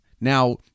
Now